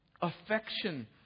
affection